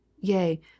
yea